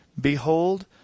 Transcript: Behold